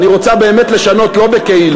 אני רוצה באמת לשנות, לא בכאילו.